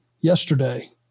yesterday